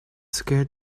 scared